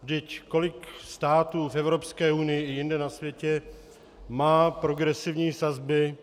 Vždyť kolik států v Evropské unii i jinde na světě má progresivní sazby?